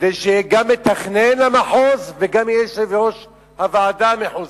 כדי שיהיה גם מתכנן למחוז וגם יושב-ראש הוועדה המחוזית.